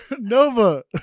Nova